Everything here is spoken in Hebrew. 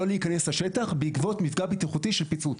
להיכנס לשטח בעקבות מפגע בטיחותי של פיצוץ.